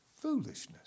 Foolishness